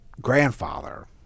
grandfather